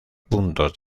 puntos